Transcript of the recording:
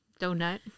Donut